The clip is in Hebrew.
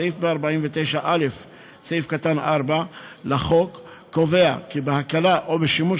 סעיף 149(א)(4) לחוק קובע כי בהקלה או בשימוש